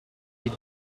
did